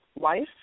life